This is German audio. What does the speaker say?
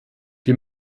wir